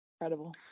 Incredible